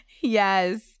Yes